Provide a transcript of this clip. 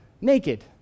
naked